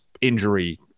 injury